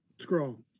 scroll